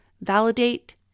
validate